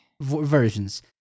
versions